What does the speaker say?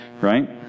right